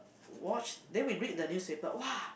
watch then we read the newspaper !wah!